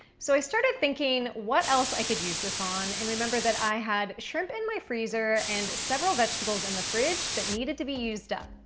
so i started thinking what else i could use this on and remembered that i had shrimp in my freezer and several vegetables in the fridge that needed to be used up.